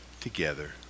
together